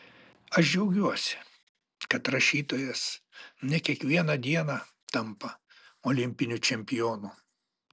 aš džiaugiuosi kad rašytojas ne kiekvieną dieną tampa olimpiniu čempionu